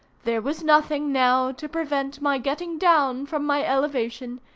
there was nothing now to prevent my getting down from my elevation,